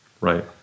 right